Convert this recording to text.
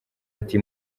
ati